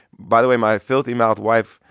by the way, my filthy-mouthed wife,